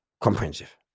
comprehensive